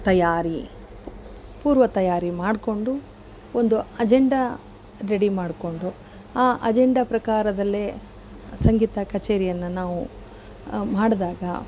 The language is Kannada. ತಯಾರಿ ಪೂರ್ವ ತಯಾರಿ ಮಾಡಿಕೊಂಡು ಒಂದು ಅಜೆಂಡ ರೆಡಿ ಮಾಡಿಕೊಂಡು ಆ ಅಜೆಂಡ ಪ್ರಕಾರದಲ್ಲೇ ಸಂಗೀತ ಕಚೇರಿಯನ್ನು ನಾವು ಮಾಡಿದಾಗ